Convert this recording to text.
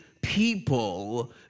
people